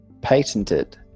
patented